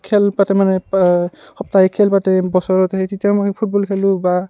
খেল পাতে মানে সপ্তাহিক খেল পাতে বছৰত সেই তেতিয়া মই ফুটবল খেলোঁ বা